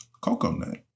Coconut